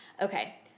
Okay